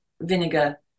vinegar